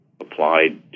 applied